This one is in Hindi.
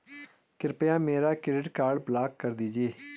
कृपया मेरा क्रेडिट कार्ड ब्लॉक कर दीजिए